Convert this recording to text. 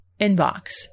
inbox